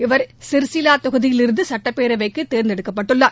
இவர் சிர்சிலா தொகுதியிலிருந்து சட்டப்பேரவைக்கு தேர்ந்தெடுக்கப்பட்டுள்ளார்